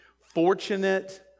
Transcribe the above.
fortunate